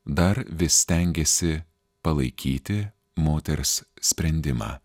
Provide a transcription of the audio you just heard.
dar vis stengėsi palaikyti moters sprendimą